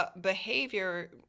behavior